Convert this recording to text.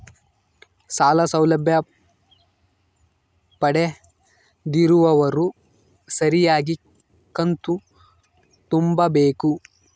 ಸಾಲ ಸೌಲಭ್ಯ ಪಡೆದಿರುವವರು ಸರಿಯಾಗಿ ಕಂತು ತುಂಬಬೇಕು?